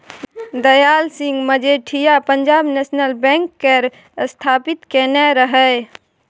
Dayal Singh Majithia Punjab national bank केर स्थापित केने रहय